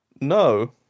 No